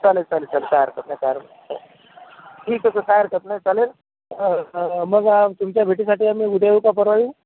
चालेल चालेल काही हरकत नाही काही हरकत नाही ठीक आहे सर काही हरकत नाही चालेल मग तुमच्या भेटीसाठी आम्ही उद्या येऊ का परवा येऊ